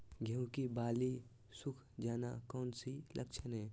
गेंहू की बाली सुख जाना कौन सी लक्षण है?